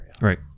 Right